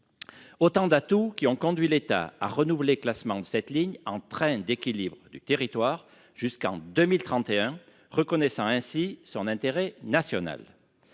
Autant d'atouts qui ont conduit l'État à renouveler classement cette ligne en train d'équilibre du territoire jusqu'en 2031, reconnaissant ainsi son intérêt national.